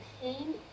Pain